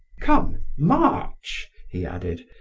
come, march! he added.